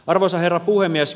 arvoisa herra puhemies